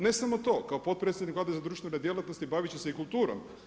Ne samo to, kao potpredsjednik Vlade za društvene djelatnosti baviti će se i kulturom.